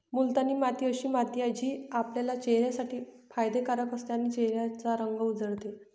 मुलतानी माती अशी माती आहे, जी आपल्या चेहऱ्यासाठी फायदे कारक असते आणि चेहऱ्याचा रंग उजळते